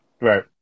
Right